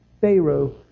Pharaoh